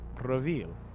reveal